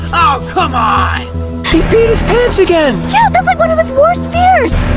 ah come on! he peed his pants again! yeah, that's like one of his worst fears!